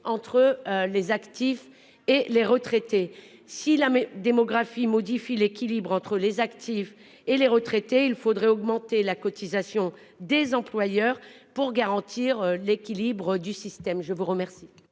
entre les actifs et les retraités. Si la démographie modifie l'équilibre entre ces deux catégories, il faudrait augmenter la cotisation des employeurs pour garantir l'équilibre du système. Le sous-amendement